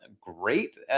great